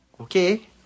Okay